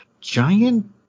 giant